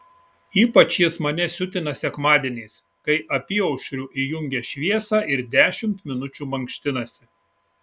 ypač jis mane siutina sekmadieniais kai apyaušriu įjungia šviesą ir dešimt minučių mankštinasi